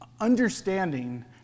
Understanding